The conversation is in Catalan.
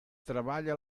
treballa